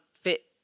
fit